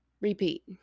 Repeat